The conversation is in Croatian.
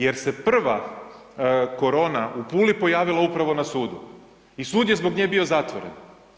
Jer se prva korona u Puli pojavila upravo na sudu i sud je zbog nje bio zatvoren.